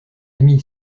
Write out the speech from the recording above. ami